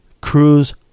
cruise